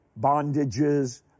bondages